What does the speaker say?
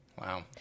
Wow